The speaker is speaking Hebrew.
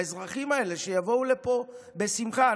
לאזרחים האלה, שיבואו לפה בשמחה.